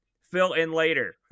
fill-in-later